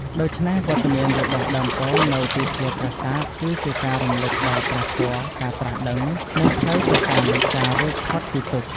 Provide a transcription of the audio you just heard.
ដូច្នេះ វត្តមានរបស់ដើមពោធិ៍នៅទីធ្លាប្រាសាទ គឺជាការរំលឹកដល់ ព្រះធម៌ ការត្រាស់ដឹង និងផ្លូវទៅកាន់ការរួចផុតពីទុក្ខ។